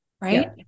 right